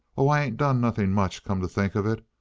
oh, i ain't done nothing much, come to think of it.